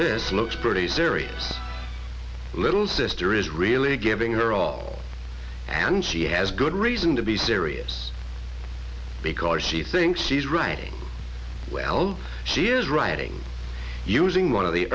this looks pretty serious little sister is really giving her all and she has good reason to be serious because she thinks she's writing well she is writing using one of the